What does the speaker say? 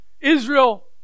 Israel